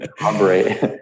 operate